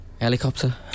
Helicopter